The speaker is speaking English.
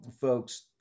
folks